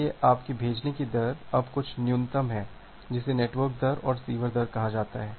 इसलिए आपकी भेजने की दर अब कुछ न्यूनतम है जिसे नेटवर्क दर और रिसीवर दर कहा जाता है